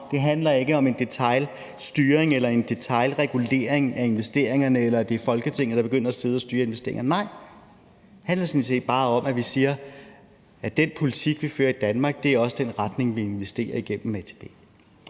Det handler ikke om en detailstyring eller en detailregulering af investeringerne, eller at det er Folketinget, der begynder at sidde og styre investeringerne. Nej, det handler sådan set bare om, at vi siger, at den politik, vi fører i Danmark, også svarer til den retning, vi investerer i gennem ATP.